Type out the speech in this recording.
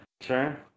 Sure